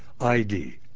ID